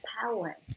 power